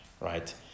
right